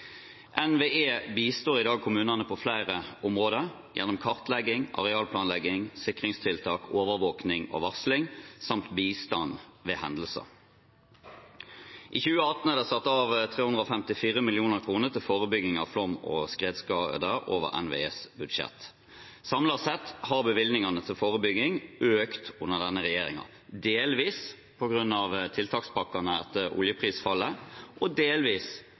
NVE bistår i dag kommunene på flere områder gjennom kartlegging, arealplanlegging, sikringstiltak, overvåkning og varsling samt bistand ved hendelser. I 2018 er det satt av 354 mill. kr til forebygging av flom- og skredskader over NVEs budsjett. Samlet sett har bevilgningene til forebygging økt under denne regjeringen, delvis på grunn av tiltakspakkene etter oljeprisfallet og delvis